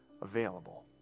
available